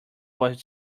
was